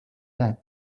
that